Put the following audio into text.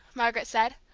margaret said,